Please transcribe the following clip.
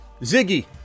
Ziggy